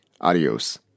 Adios